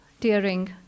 tearing